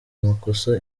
amakosa